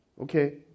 Okay